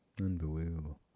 Unbelievable